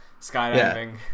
skydiving